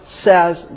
says